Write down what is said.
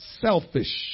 selfish